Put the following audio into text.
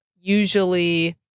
usually